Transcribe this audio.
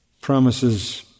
promises